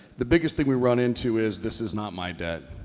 the biggest thing we run into is this is not my debt.